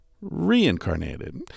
reincarnated